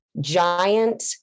giant